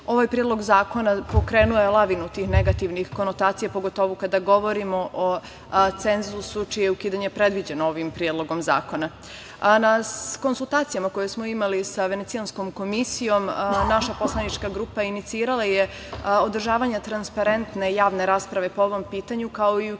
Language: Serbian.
Ovaj predlog zakona je pokrenuo lavinu tih negativnih konotacija, pogotovu kada govorimo o cenzusu čije je ukidanje predviđeno ovim predlogom zakona. Na konsultacijama koje smo imali sa Venecijanskom komisijom, naša poslanička grupa je inicirala održavanje transparente javne rasprave po ovom pitanju, kao i ukidanje